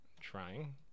Trying